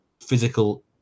physical